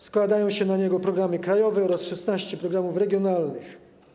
Składają się na ten system programy krajowe oraz 16 programów regionalnych.